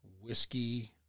Whiskey